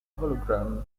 hologram